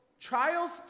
trials